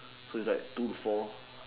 so it's like two four